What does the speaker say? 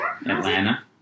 Atlanta